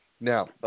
Now